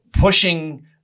pushing